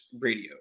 Radio